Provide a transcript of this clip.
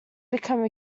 become